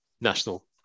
national